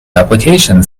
application